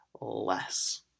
less